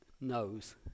knows